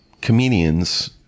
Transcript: comedians